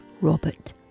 Robert